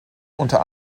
unter